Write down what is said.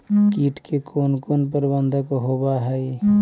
किट के कोन कोन प्रबंधक होब हइ?